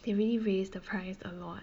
they really raise the price a lot